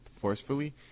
forcefully